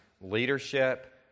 leadership